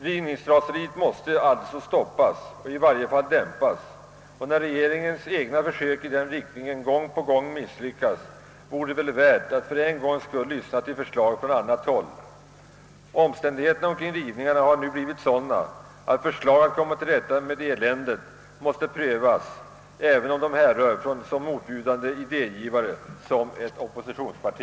Rivningsraseriet måste alltså stoppas, i varje fall dämpas, och när regeringens egna försök i den riktningen gång på gång misslyckas vore det väl mödan värt att för en gångs skull lyssna till förslag från annat håll. Omständigheterna kring rivningarna har nu blivit sådana, att förslag att komma till rätta med eländet måste prövas, även om de härrör från så motbjudande idégivare som ett oppositionsparti.